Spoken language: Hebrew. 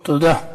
תודה.